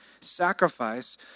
sacrifice